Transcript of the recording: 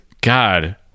god